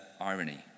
irony